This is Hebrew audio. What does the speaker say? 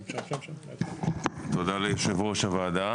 תודה ליושב-ראש הוועדה.